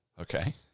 Okay